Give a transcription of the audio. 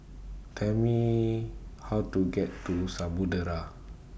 Tell Me How to get to Samudera